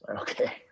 Okay